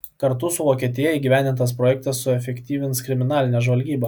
kartu su vokietija įgyvendintas projektas suefektyvins kriminalinę žvalgybą